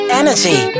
energy